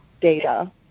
data